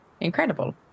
Incredible